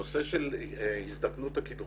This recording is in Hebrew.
הנושא של הזדקנות הקידוחים.